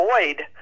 avoid